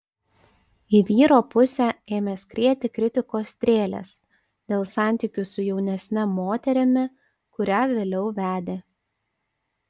į vyro pusę ėmė skrieti kritikos strėlės dėl santykių su jaunesne moterimi kurią vėliau vedė